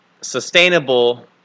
Sustainable